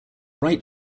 right